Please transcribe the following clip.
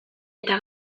eta